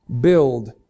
build